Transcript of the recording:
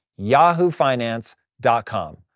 yahoofinance.com